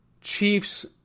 Chiefs